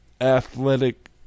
Athletic